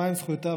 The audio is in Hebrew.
מהם זכויותיו,